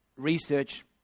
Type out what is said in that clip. research